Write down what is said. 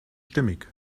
stimmig